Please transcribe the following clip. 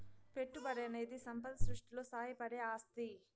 పెట్టుబడనేది సంపద సృష్టిలో సాయపడే ఆస్తి